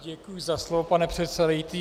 Děkuji za slovo, pane předsedající.